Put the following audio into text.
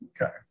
Okay